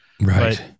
Right